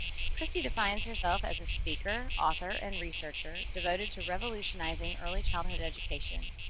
kristie defines herself as a speaker, author, and researcher devoted to revolutionizing early childhood education.